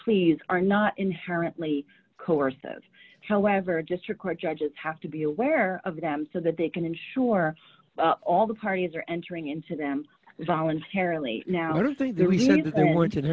pleas are not inherently coercive however district court judges have to be aware of them so that they can ensure all the parties are entering into them voluntarily now do you think the reason they want to